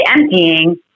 emptying